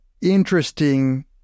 interesting